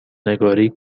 نگاری